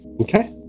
okay